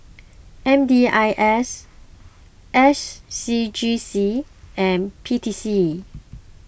M D I S S C G C and P T C